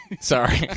Sorry